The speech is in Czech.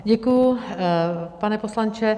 Děkuju, pane poslanče.